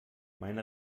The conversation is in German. meine